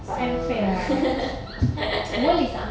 so